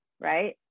right